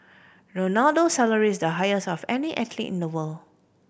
Ronaldo's salary is the highest of any athlete in the world